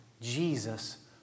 Jesus